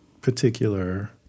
particular